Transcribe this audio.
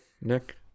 Nick